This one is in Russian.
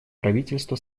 правительства